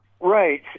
Right